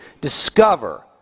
discover